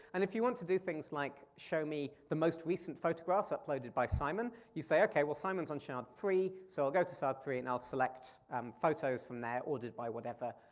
and if you want to do things like show me the most recent photographs uploaded by simon, you say okay, well, simon's on shard three. so i'll go to shard three and i'll select um photos from there ordered by whatever,